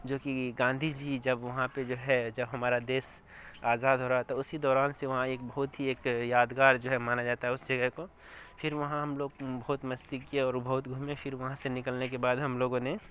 جو کہ گاندھی جی جب وہاں پہ جو ہے جب ہمارا دیش آزاد ہو رہا تھا اسی دوران سے وہاں ایک بہت ہی ایک یادگار جو ہے مانا جاتا ہے اس جگہ کو پھر وہاں ہم لوگ بہت مستی کیے اور بہت گھومے پھر وہاں سے نکلنے کے بعد ہم لوگوں نے